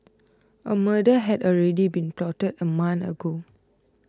a murder had already been plotted a month ago